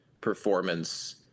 performance